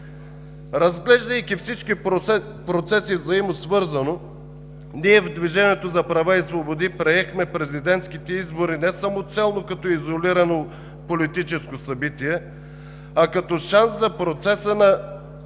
Разглеждайки всички процеси взаимносвързано, ние в Движението за права и свободи приехме президентските избори не самоцелно, като изолирано политическо събитие, а като шанс за процеса на